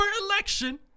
election